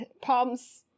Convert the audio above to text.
palms